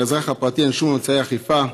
לאזרח הפרטי אין שום אמצעי אכיפה.